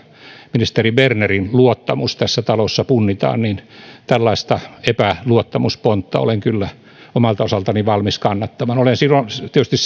ministeri bernerin luottamus tässä talossa punnitaan niin tällaista epäluottamuspontta olen kyllä omalta osaltani valmis kannattamaan olen tietysti